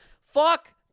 fuck